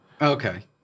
Okay